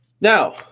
Now